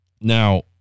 Now